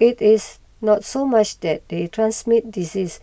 it is not so much that they transmit disease